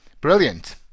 brilliant